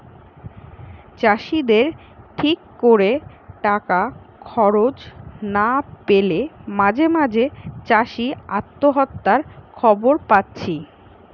চাষিদের ঠিক কোরে টাকা খরচ না পেলে মাঝে মাঝে চাষি আত্মহত্যার খবর পাচ্ছি